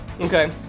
Okay